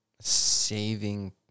saving